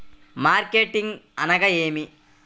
Marketing అనగానేమి?